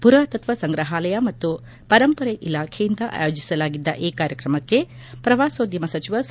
ಪುರಾತತ್ವ ಸಂಗ್ರಹಾಲಯ ಮತ್ತು ಪರಂಪರೆ ಇಲಾಖೆಯಿಂದ ಆಯೋಜಿಸಲಾಗಿದ್ದ ಈ ಕಾರ್ಯಕ್ರಮಕ್ಕೆ ಶ್ರವಾಸೋದ್ಧಮ ಸಚಿವ ಸಾ